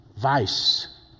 vice